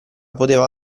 poteva